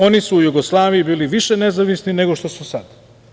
Oni su u Jugoslaviji bili više nezavisni nego što su sad.